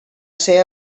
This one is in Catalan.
ser